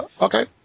Okay